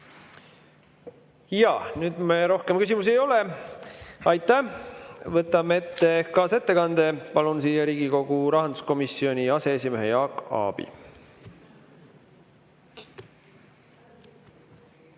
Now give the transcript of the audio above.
Jaak Aabi. Rohkem küsimusi ei ole. Aitäh! Võtame ette kaasettekande. Palun siia Riigikogu rahanduskomisjoni aseesimehe Jaak Aabi.